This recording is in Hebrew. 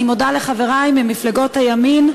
אני מודה לחברי ממפלגות הימין,